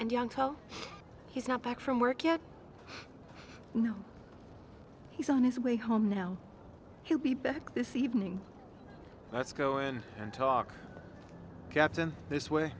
and young tell he's not back from work yet he's on his way home now he'll be back this evening let's go in and talk captain this way